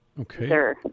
Okay